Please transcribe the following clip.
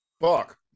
Fuck